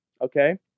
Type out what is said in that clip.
Okay